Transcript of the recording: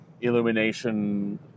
illumination